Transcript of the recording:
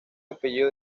apellido